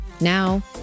Now